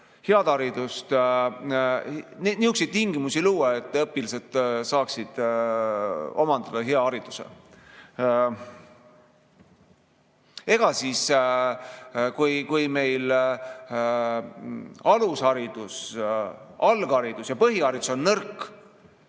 ole võimalik nihukesi tingimusi luua, et õpilased saaksid omandada hea hariduse. Ega siis, kui alusharidus, algharidus ja põhiharidus on nõrk,